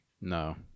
No